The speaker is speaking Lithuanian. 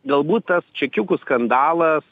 galbūt tas čekiukų skandalas